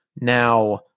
now